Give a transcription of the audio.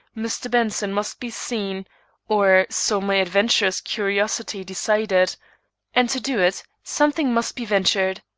mr. benson must be seen or so my adventurous curiosity decided and to do it, something must be ventured.